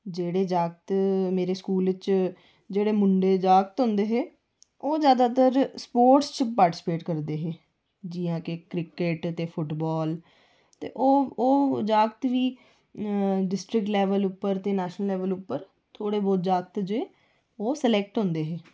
जेह्ड़े जागत मेरे स्कूल च जेह्ड़े मुडे़ जागत होंदे हे ओह् जैदातर स्पोटर्स च पार्टिसिपेट करदे हे जि'यां की क्रिकेट ते फुटबॉल ते ओह् ओह् जागत बी डिस्ट्रिक लेवल पर ते नेशनल लेवल पर थोह्ड़े बहुत जागत जो सिलैक्ट होंदे हे